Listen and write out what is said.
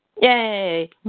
Yay